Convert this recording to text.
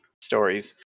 stories